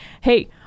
hey